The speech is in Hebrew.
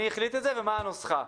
מי החליט את זה ומה הנוסחה.